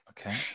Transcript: Okay